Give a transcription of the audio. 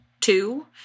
two